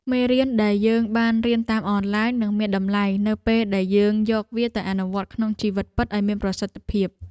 មេរៀនដែលយើងបានរៀនតាមអនឡាញនឹងមានតម្លៃនៅពេលដែលយើងយកវាទៅអនុវត្តក្នុងជីវិតពិតឱ្យមានប្រសិទ្ធភាព។